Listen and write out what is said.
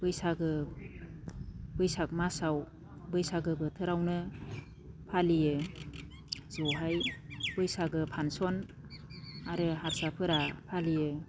बैसागो मासाव बैसागो बोथोरावनो फालियो जयै बैसागो फांसन आरो हारसाफोरा फालियो